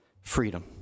Freedom